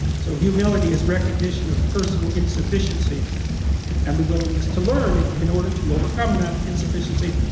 so humility is recognition of personal insufficiency and the willingness to learn, in order to overcome that insufficiency,